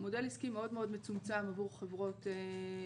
מודל עסקי מאוד מאוד מצומצם עבור חברות טכנולוגיה.